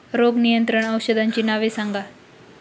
रोग नियंत्रण औषधांची नावे सांगा?